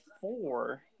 four